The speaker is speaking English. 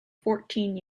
fourteen